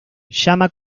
llama